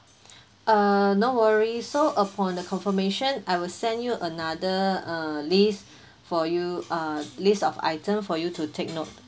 uh no worry so upon the confirmation I will send you another uh list for you uh list of item for you to take note